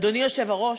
אדוני היושב-ראש,